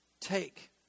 Take